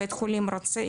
בית חולים רוצה,